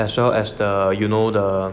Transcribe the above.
as well as the you know the